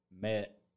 met